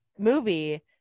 movie